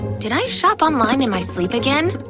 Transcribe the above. did i shop online in my sleep again?